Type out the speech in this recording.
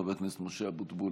חבר הכנסת משה אבוטבול,